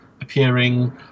appearing